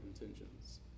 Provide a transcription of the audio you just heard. intentions